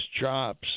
jobs